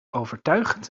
overtuigend